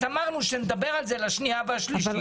אז אמרנו שנדבר על זה בשנייה והשלישית